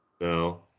No